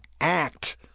act